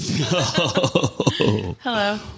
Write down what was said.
Hello